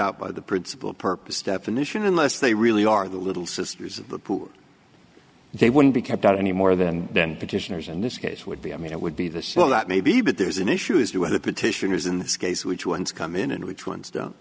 out by the principle purpose definition unless they really are the little sisters of the poor they wouldn't be kept out any more than petitioners in this case would be i mean it would be the soul that maybe but there's an issue as to whether petitioners in this case which ones come in and which ones don't